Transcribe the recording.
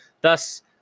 Thus